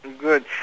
Good